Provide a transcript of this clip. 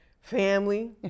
family